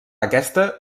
aquesta